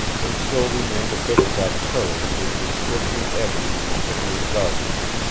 there still remained a bit of that courage which was swiftly ebbing in the thickening darkness.